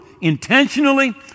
intentionally